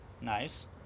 Nice